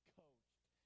coached